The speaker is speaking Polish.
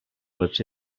lecz